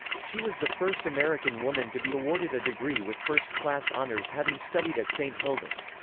she was the first american woman to be awarded a degree with first-class honors having studied at st. hilda's.